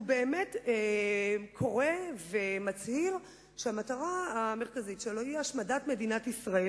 הוא באמת קורא ומצהיר שהמטרה המרכזית שלו היא השמדת מדינת ישראל,